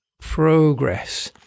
progress